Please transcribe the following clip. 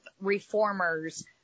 reformers